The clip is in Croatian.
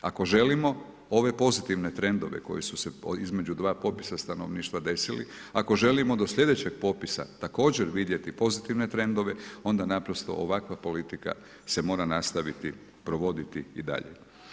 Ako želimo, ove pozitivne trendove koji su se, između dva popisa stanovništva desili, ako želimo do sljedećeg popisa također vidjeti pozitivne trendove, onda naprosto ovakva politika se mora nastaviti provoditi i dalje.